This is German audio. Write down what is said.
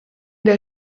der